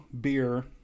beer